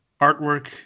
artwork